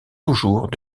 toujours